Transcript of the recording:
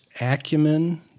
acumen